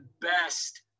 best